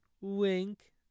Wink